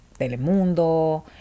Telemundo